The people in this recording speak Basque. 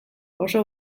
oso